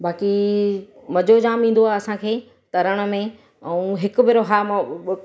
बाक़ी मज़ो जाम ईंदो आहे असांखे तरण में ऐं हिकु भेरो हा मां